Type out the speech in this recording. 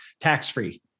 Tax-free